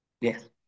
Yes